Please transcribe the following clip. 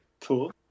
Cool